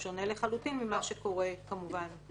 שונה לחלוטין ממה שקורה מול בגיר.